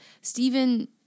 Stephen